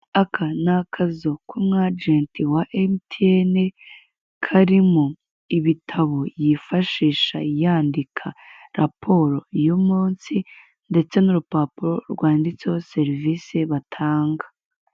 Aka ni akazu k'umu agenti wa Emutiyene. Karimo ibitabo yifashisha yandika raporo y'umunsi, ndetse n'urupapuro rwanditseho serivise batanga.